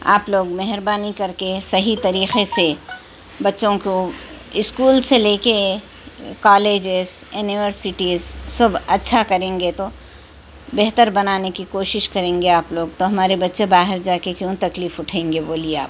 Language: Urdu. آپ لوگ مہربانی کر کے صحیح طریقے سے بچّوں کو اسکول سے لے کے کالجز یونیورسٹیز سب اچّھا کریں گے تو بہتر بنانے کی کوشش کریں گے آپ لوگ تو ہمارے بچّے باہر جا کے کیوں تکلیف اٹھائیں گے بولیے آپ